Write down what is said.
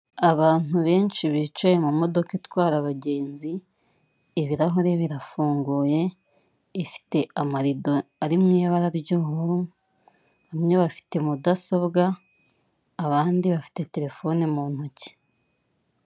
Abantu benshi bicaye mu modoka itwara abagenzi ibirahuri birafunguye ifite amarido ari mubara ry'ubururu bamwe bafite mudasobwa abandi bafite telefone mu ntoki.